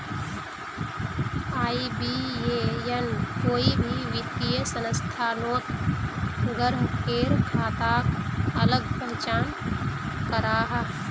IBAN कोई भी वित्तिय संस्थानोत ग्राह्केर खाताक अलग पहचान कराहा